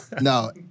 no